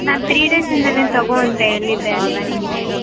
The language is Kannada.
ನಾನು ತ್ರೀ ಡೇಸ್ ಹಿಂದೆನೇ ತಗೋ ಅಂತ ಹೇಳಿದ್ದೇ ಅಲ್ಲವಾ ನಿಮಗೆ